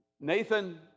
Nathan